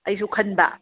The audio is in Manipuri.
ꯑꯩꯁꯨ ꯈꯟꯕ